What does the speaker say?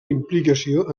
implicació